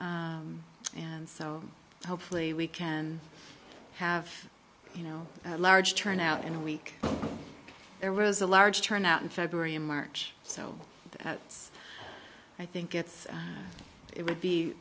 and so hopefully we can have you know large turnout in a week there was a large turnout in february and march so i think it's it would be